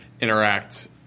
interact